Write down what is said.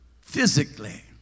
physically